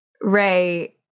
Ray